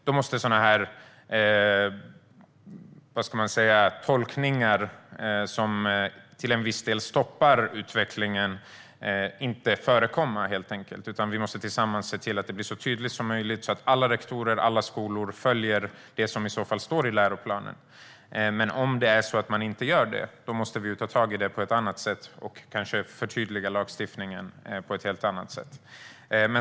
Då får sådana här tolkningar som till viss del stoppar utvecklingar helt enkelt inte förekomma, utan vi måste tillsammans se till att det blir så tydligt som möjligt så att alla rektorer och alla skolor följer det som står i läroplanen. Om man inte gör det måste vi ta tag i det på ett annat sätt och kanske förtydliga lagstiftningen.